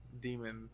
demon